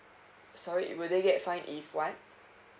sorry will they get fine if why